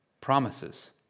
promises